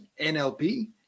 NLP